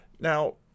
now